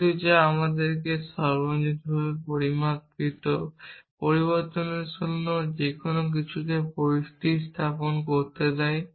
কিন্তু যা আমাদেরকে সর্বজনীনভাবে পরিমাপকৃত পরিবর্তনশীলের জন্য যেকোনো কিছুকে প্রতিস্থাপন করতে দেয়